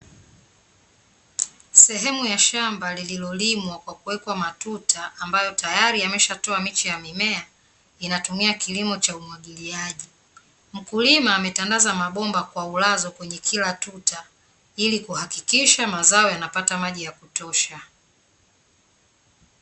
Sehemu ya shamba lililolimwa kwa kuwekwa matuta ambayo tayari yameshatoa miche ya mimea, inatumia kilimo cha umwagiliaji. Mkulima ametandaza mabomba kwa ulazo kwenye kila tuta, ili kuhakikisha mazao yanapata maji ya kutosha.